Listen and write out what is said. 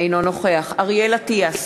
אינו נוכח אריאל אטיאס,